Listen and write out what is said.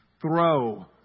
throw